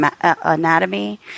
Anatomy